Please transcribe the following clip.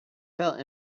felt